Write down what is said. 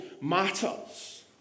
matters